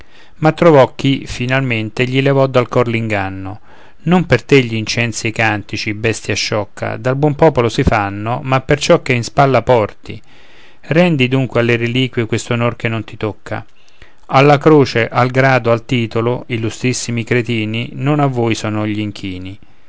ma trovò chi finalmente gli levò dal cor l'inganno non per te gl'incensi e i cantici bestia sciocca dal buon popolo si fanno ma per ciò che in spalla porti rendi dunque alle reliquie quest'onor che non ti tocca alla croce al grado al titolo illustrissimi cretini non a voi sono gli inchini